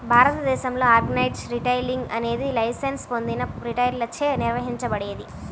భారతదేశంలో organized retailing అనేది license పొందిన రిటైలర్లచే నిర్వహించబడేది